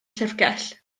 llyfrgell